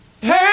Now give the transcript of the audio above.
hey